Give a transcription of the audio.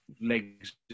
legs